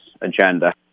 agenda